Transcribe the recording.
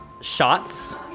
shots